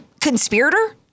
conspirator